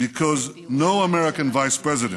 because no American Vice President